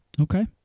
Okay